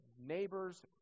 neighbors